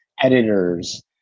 editors